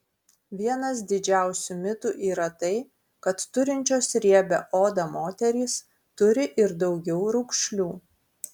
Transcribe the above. vienas didžiausių mitų yra tai kad turinčios riebią odą moterys turi ir daugiau raukšlių